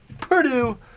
Purdue